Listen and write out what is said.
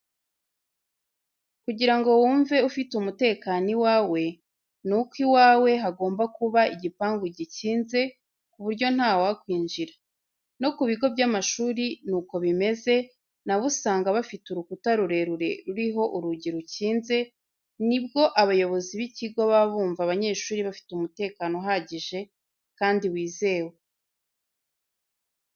Kugira ngo wumve ufite umutekano iwawe, nuko iwawe hagomba kuba igipangu gikinze ku buryo ntawakwinjira, no ku bigo by'amashuri ni uko bimeze na bo usanga bafite urukuta rurerure ruriho urugi rukinze, nibwo abayobozi b'ikigo baba bumva abanyeshuri bafite umutekano uhagije kandi wizewe.